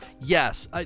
yes